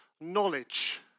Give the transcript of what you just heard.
knowledge